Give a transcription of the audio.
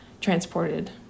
transported